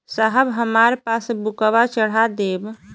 साहब हमार पासबुकवा चढ़ा देब?